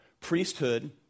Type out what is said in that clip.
priesthood